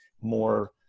more